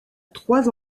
trois